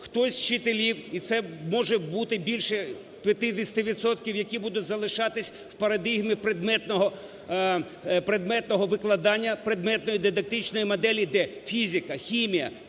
Хтось з вчителів, і це може бути більше 50 відсотків, які будуть залишатись в парадигмі предметного викладання, предметної дидактичної моделі, де фізика, хімія,